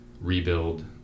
rebuild